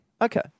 Okay